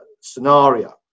scenario